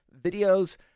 videos